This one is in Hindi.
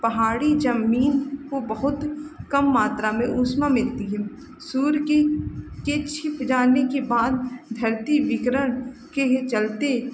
पहाड़ी जमीन को बहुत कम मात्रा में ऊष्मा मिलती है सूर्य के के छिप जाने के बाद धरती विकिरण के लिए चलते